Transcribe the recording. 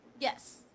Yes